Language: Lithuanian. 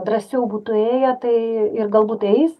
drąsiau būtų ėję tai ir galbūt eis